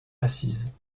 assises